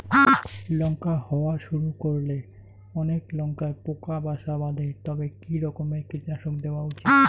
লঙ্কা হওয়া শুরু করলে অনেক লঙ্কায় পোকা বাসা বাঁধে তবে কি রকমের কীটনাশক দেওয়া উচিৎ?